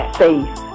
safe